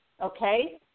okay